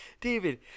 David